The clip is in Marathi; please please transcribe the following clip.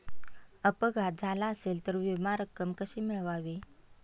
अपघात झाला असेल तर विमा रक्कम कशी मिळवावी?